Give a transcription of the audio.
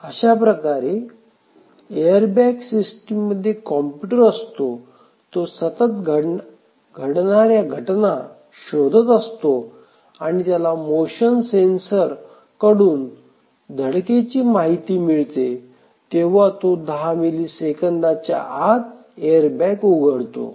अशाप्रकारे एअरबॅग सिस्टीममध्ये कॉम्प्युटर असतो तो सतत घडणाऱ्या घटना शोधत असतो आणि जेव्हा त्याला मोशन सेन्सर कडून धडकेची माहिती मिळते तेव्हा तो दहा मिलि सेकंदाच्या आत एअर बॅग उघडतो